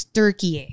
turkey